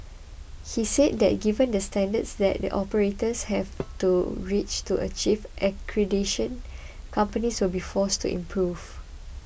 he said that given the standards that operators have to reach to achieve accreditation companies will be forced to improve